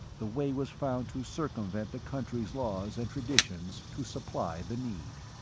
the way was found to circumvent the country's laws and traditions to supply the need.